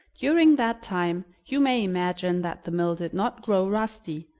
during that time you may imagine that the mill did not grow rusty,